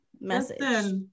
message